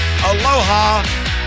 Aloha